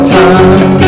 time